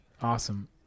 awesome